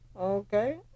okay